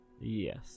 Yes